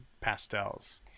pastels